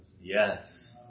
Yes